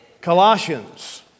Colossians